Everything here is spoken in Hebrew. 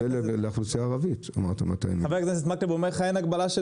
אין הגבלה.